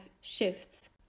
shifts